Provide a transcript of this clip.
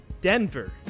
Denver